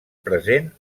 present